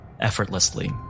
effortlessly